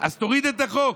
אז תוריד את החוק.